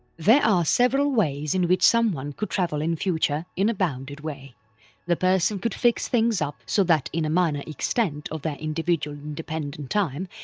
there are several ways in which someone could travel in future in a bounded way the person could fix things up so that in a minor extent of their individual independent time,